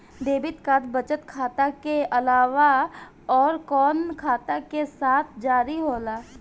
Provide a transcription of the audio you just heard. Debit card बचत खाता के अलावा अउरकवन खाता के साथ जारी होला?